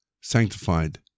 sanctified